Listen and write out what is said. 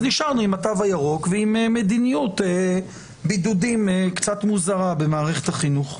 אז נשארנו עם התו הירוק ועם מדיניות בידודים קצת מוזרה במערכת החינוך.